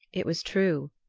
it was true.